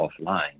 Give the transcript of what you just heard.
offline